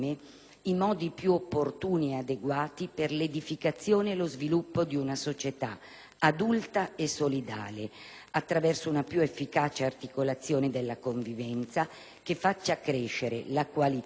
i modi più opportuni ed adeguati per l'edificazione e lo sviluppo di una società adulta e solidale, attraverso una più efficace articolazione della convivenza, che faccia crescere la qualità